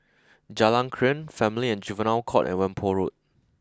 Jalan Krian Family and Juvenile Court and Whampoa Road